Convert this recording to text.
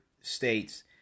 states